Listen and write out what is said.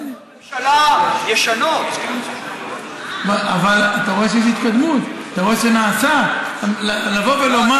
התמריץ שלי, כי אתם לא עושים, פה ושם